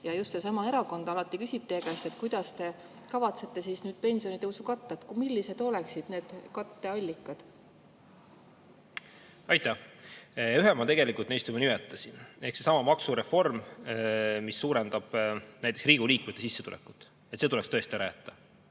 Ja just seesama erakond alati küsib teie käest, kuidas te kavatsete siis pensionitõusu katta. Millised oleksid need katteallikad? Aitäh! Ühe ma tegelikult juba nimetasin. Seesama maksureform, mis suurendab näiteks Riigikogu liikmete sissetulekut, tuleks tõesti ära jätta.